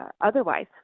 otherwise